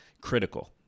critical